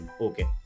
Okay